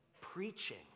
preaching